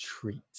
treat